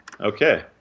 Okay